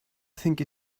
think